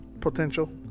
potential